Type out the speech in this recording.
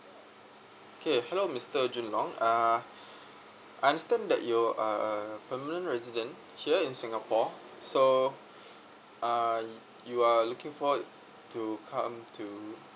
K hello mister jun long uh I understand that you uh permanent resident here in singapore so uh you are looking forward to come to